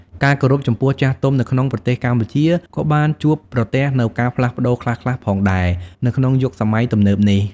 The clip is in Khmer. ការគោរពចំពោះចាស់ទុំនៅក្នុងប្រទេសកម្ពុជាក៏បានជួបប្រទះនូវការផ្លាស់ប្តូរខ្លះៗផងដែរ នៅក្នុងយុគសម័យទំនើបនេះ។